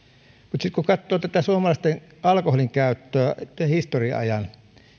sitten kun katsoo tätä suomalaisten alkoholinkäyttöä historian ajan